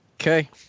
Okay